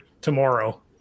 tomorrow